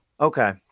Okay